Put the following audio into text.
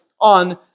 on